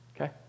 Okay